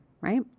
right